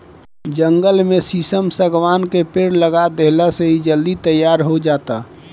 जंगल में शीशम, शागवान के पेड़ लगा देहला से इ जल्दी तईयार हो जाता